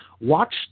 Watch